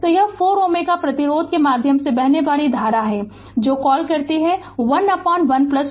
तो यह 4 Ω प्रतिरोध के माध्यम से बहने वाली धारा होगी जो कॉल 11 4 यानी 15 है